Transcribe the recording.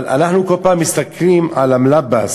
אבל אנחנו כל פעם מסתכלים על ה"מלאבאס",